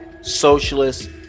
socialist